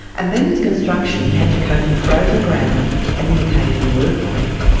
and then its construction had to cope with frozen ground and the occasional earthquake.